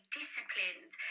disciplined